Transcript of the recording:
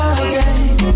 again